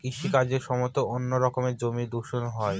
কৃষি কাজের সময়তো অনেক রকমের জমি দূষণ হয়